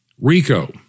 RICO